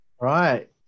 Right